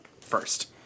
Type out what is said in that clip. first